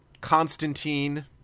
Constantine